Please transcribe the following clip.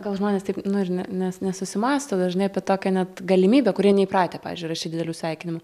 gal žmonės taip nu ir ne nes nesusimąsto dažnai apie tokią net galimybę kurie neįpratę pavyzdžiui rašyt didelių sveikinimų